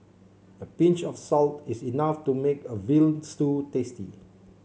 a pinch of salt is enough to make a veal stew tasty